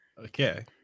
Okay